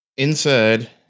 Inside